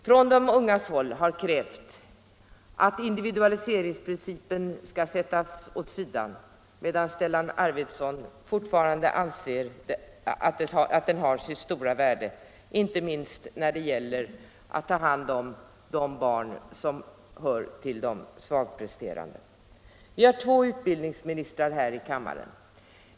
Från de ungas håll har krävts att individualiseringsprincipen skall sättas åt sidan, medan Stellan Arvidson fortfarande anser att den har sitt stora värde inte minst när det gäller att ta hand om de svagpresterande barnen. Vi har två utbildningsministrar här i kammaren.